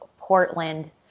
Portland